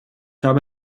habe